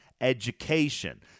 education